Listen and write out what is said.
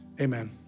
amen